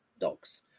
dogs